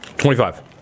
Twenty-five